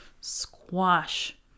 squash